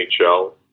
NHL